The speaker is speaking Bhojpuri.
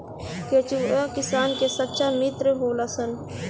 केचुआ किसान के सच्चा मित्र होलऽ सन